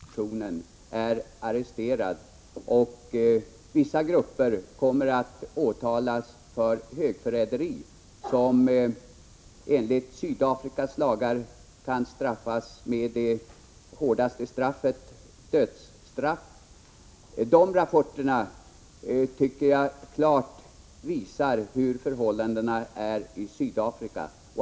Herr talman! Vi har fått dagsfärska rapporter, bl.a. i morgonnyheterna, om att i stort sett hela den ledande oppositionen är arresterad och att vissa grupper kommer att åtalas för högförräderi. Enligt Sydafrikas lagar kan det hårdaste av straff utdömas för detta brott, nämligen dödsstraff. Dessa rapporter tycker jag klart visar hur förhållandena är i Sydafrika.